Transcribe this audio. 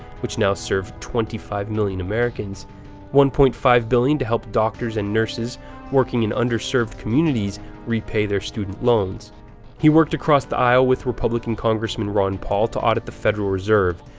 which now serve twenty five million americans one point five billion dollars to help doctors and nurses working in underserved communities repay their student loans he worked across the aisle with republican congressman ron paul to audit the federal reserve,